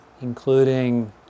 including